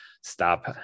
stop